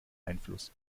einfluss